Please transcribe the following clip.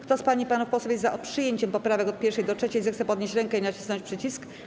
Kto z pań i panów posłów jest za przyjęciem poprawek od 1. do 3., zechce podnieść rękę i nacisnąć przycisk.